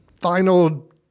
final